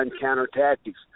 counter-tactics